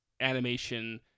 animation